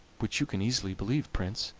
which you can easily believe, prince,